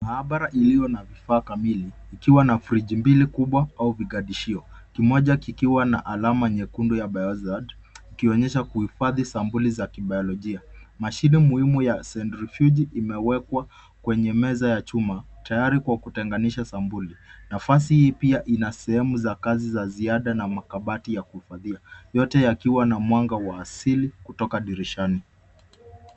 Maabara iliyo na vifaa kamili, ikiwa na friji mbili kubwa au vigadishio. Kimoja kikiwa na alama nyekundu ya biohazard , ikionyesha kuhifadhi sampuli za kibiolojia. Mashine muhimu ya centrifuge imewekwa kwenye meza ya chuma, tayari kwa kutenganisha sampuli. Nafasi hii pia ina sehemu za kazi za ziada na makabati ya kuhifadhia, yote yakiwa na mwanga wa asili kutoka dirishani.